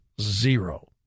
zero